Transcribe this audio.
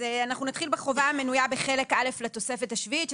נתחיל בחובה המנויה בחלק א' לתוספת השביעית,